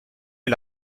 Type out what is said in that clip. est